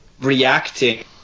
reacting